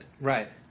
Right